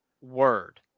word